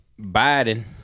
Biden